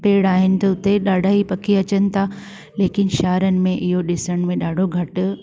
पेड़ आहिनि त उते ॾाढा ही पखी अचनि था लेकिन शहरुनि में इहो ॾिसण में ॾाढो घटि